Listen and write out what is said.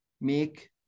make